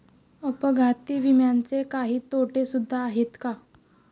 अपघाती विम्याचे काही तोटे सुद्धा आहेत का?